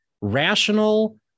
rational